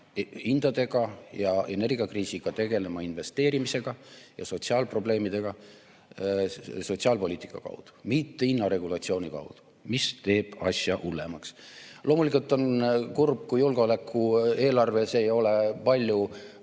hindade ja energiakriisiga tegelema investeerimise [kaudu] ja sotsiaalprobleemidega sotsiaalpoliitika kaudu, mitte hinnaregulatsiooni kaudu, mis teeb asja veel hullemaks. Loomulikult on kurb, kui julgeolekueelarves ei ole palju